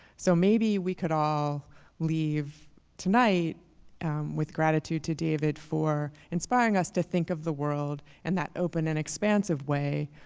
so, maybe we could all leave tonight with gratitude to david for inspiring us to think of the world in and that open an expansive way,